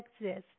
exist